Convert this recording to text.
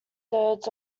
thirds